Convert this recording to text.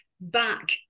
back